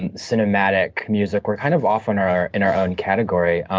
and cinematic music. we're kind of off in our in our own category,